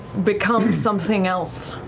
become something else.